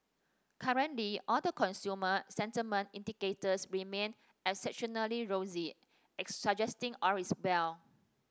currently all the consumer sentiment indicators remain rosy suggesting all is well